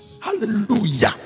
Hallelujah